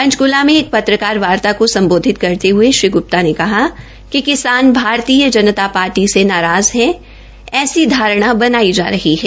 पंचकूला में एक पत्रकारवार्ता को सम्बोधित करते हये श्री गुप्ता ने कहा कि किसान भारतीय जनता पार्टी से नाराज़ है ऐसे धारणा बताई जा रही है